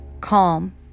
Calm